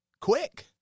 Quick